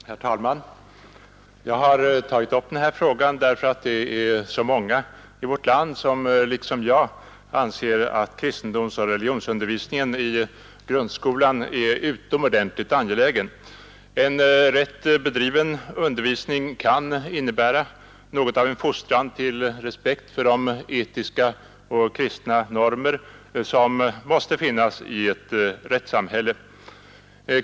Herr talman! Jag har tagit upp denna fråga på grund av att det är så många i vårt land som liksom jag anser att kristendomsoch religionskunskapsundervisningen i grundskolan är utomordentligt angelägen. En rätt bedriven undervisning kan innebära något av en fostran till respekt för de etiska och kristna normer som måste finnas i ett rättssamhälle.